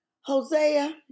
Hosea